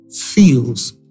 feels